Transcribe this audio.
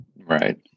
Right